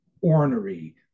ornery